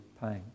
pain